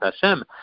Hashem